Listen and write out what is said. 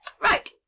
Right